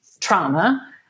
trauma